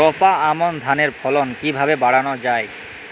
রোপা আমন ধানের ফলন কিভাবে বাড়ানো যায়?